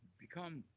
become